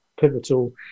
pivotal